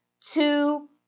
two